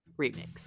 remix